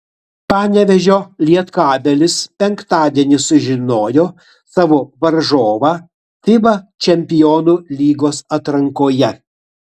panevėžio lietkabelis penktadienį sužinojo savo varžovą fiba čempionų lygos atrankoje